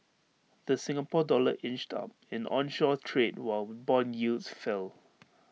the Singapore dollar inched up in onshore trade while Bond yields fell